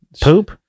Poop